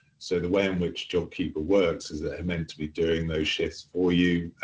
so the way in which jobkeeper works is they're meant to be doing those shifts for you.